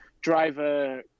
driver